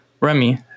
Remy